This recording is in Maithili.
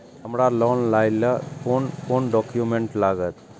हमरा लोन लाइले कोन कोन डॉक्यूमेंट लागत?